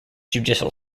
judicial